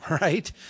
right